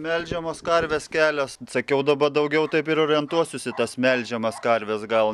melžiamos karvės kelios sakiau daba daugiau taip ir orientuosius į tas melžiamas karves gal